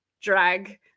drag